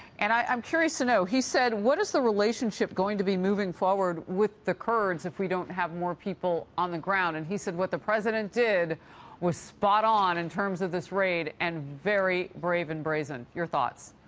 and i'm curious to know, he said, what is the relationship going to be moving forward with the kurds if we don't have more people on the ground? and he said what the president did was spot on in terms of this raid, and very brave and brazen. your thoughts?